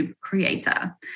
creator